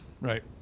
right